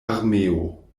armeo